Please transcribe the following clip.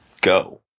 go